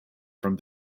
from